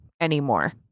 anymore